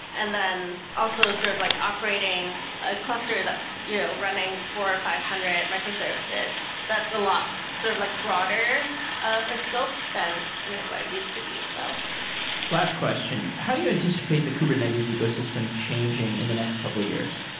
and then also sort of like operating a cluster that's you know running four hundred or five hundred microservices. that's a lot sort of like broader of a scope than what's used to be. so last question. how do you anticipate the kubernetes ecosystem changing in the next couple years?